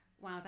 wow